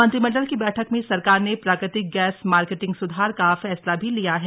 मंत्रिमंडल की बैठक में सरकार ने प्राकृतिक गैस मार्केटिंग स्धार का फैसला भी लिया है